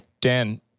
Dan